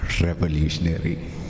revolutionary